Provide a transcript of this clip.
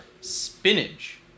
spinach